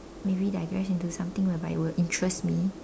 maybe digress into something whereby it will interest me